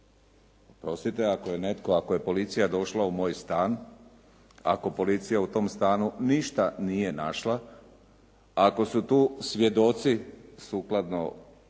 Oprostite ako je policija došla u moj stan, ako policija u tom stanu ništa nije našla, ako su tu svjedoci, sukladno